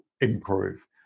improve